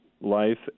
life